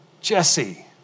Jesse